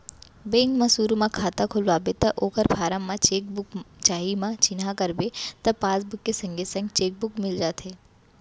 bank म सुरू म खाता खोलवाबे त ओकर फारम म चेक बुक चाही म चिन्हा करबे त पासबुक के संगे संग चेक बुक मिल जाथे